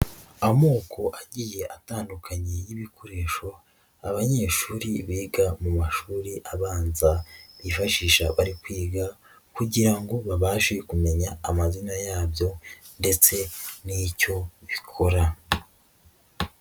Amoko agiye atandukanye y'ibikoresho, abanyeshuri biga mu mashuri abanza bifashisha bari kwiga kugira ngo babashe kumenya amazina yabyo ndetse n'icyo bikora.